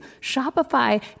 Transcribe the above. Shopify